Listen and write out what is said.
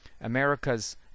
America's